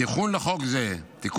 תיקון לחוק זה,